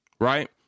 Right